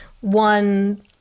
one